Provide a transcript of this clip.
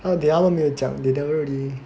!huh! 没有讲 they never really